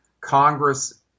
Congress